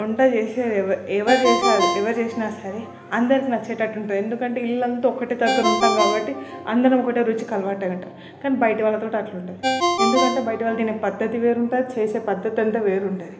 వంట చేసేదెవ ఎవరు చేస్తే అది ఎవరు చేసినా సరే అందరికి నచ్చేటట్టుంటయి ఎందుకంటే ఇళ్ళంత ఒకటే దగ్గర ఉంటాం కాబట్టి అందరం ఒకటే రుచికి అలవాటయినటు కాని బయటి వాళ్ళతోటి అట్లుండదు ఎందుకంటే బయటివాళ్ళు తినే పద్దతి వేరుంటుంది చేసే పద్దతంత వేరుంటుంది